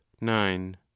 nine